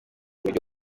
buryo